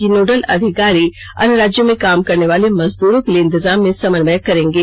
ये नोडल अधिकारी अन्य राज्यों में काम करने वाले मजदूरों के लिए इंतजाम में समन्वय करेंगे